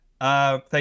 Thank